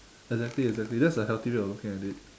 exactly exactly that's a healthy way of looking at it